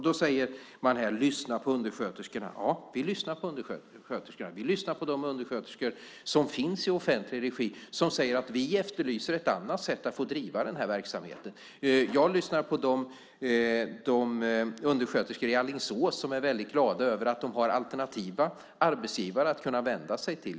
Då säger man här: Lyssna på undersköterskorna! Ja, vi lyssnar på undersköterskorna. Vi lyssnar på de undersköterskor som finns i offentlig regi som säger: Vi efterlyser ett annat sätt att få driva den här verksamheten. Jag har lyssnat på de undersköterskor i Alingsås som är väldigt glada över att de har alternativa arbetsgivare att kunna vända sig till.